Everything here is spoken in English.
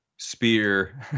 spear